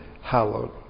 hallowed